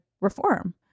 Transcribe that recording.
reform